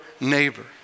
neighbor